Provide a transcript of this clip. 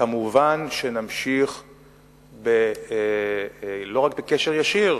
מובן שנמשיך, לא רק בקשר ישיר,